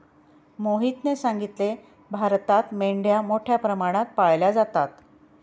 मोहितने सांगितले, भारतात मेंढ्या मोठ्या प्रमाणात पाळल्या जातात